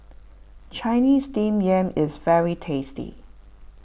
Chinese Steamed Yam is very tasty